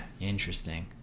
interesting